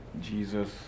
Jesus